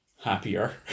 Happier